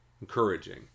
encouraging